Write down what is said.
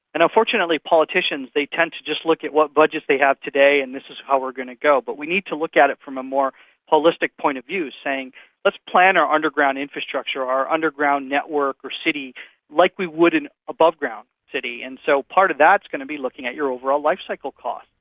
and unfortunately politicians, they tend to just look at what budget they have today and this is how we're going to go, but we need to look at it from a more holistic point of view, saying let's plan our underground infrastructure or our underground networks or city like we would an aboveground city. and so part of that is going to be looking at your overall life-cycle costs,